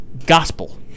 gospel